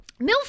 MILF